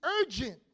urgent